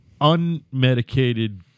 unmedicated